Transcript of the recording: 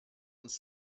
uns